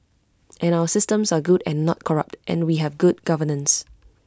and our systems are good and not corrupt and we have good governance